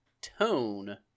tone –